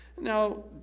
Now